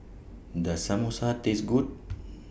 Does Samosa Taste Good